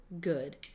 good